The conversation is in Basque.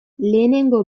lehenengo